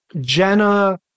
Jenna